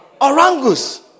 Orangus